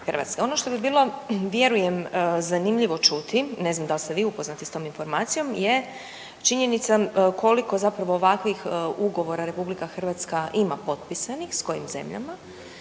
Ono što bi bilo vjerujem zanimljivo čuti, ne znam da li ste vi upoznati s tom informacijom, je činjenica koliko ovakvih ugovora RH ima potpisanih s kojim zemljama